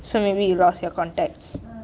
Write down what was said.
so maybe you lost your contacts